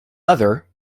other